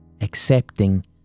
accepting